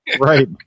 Right